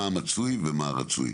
מהו המצוי ומהו הרצוי.